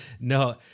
No